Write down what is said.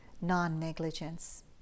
non-negligence